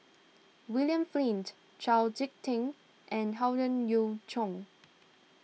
William Flint Chau Sik Ting and Howe Yoon Chong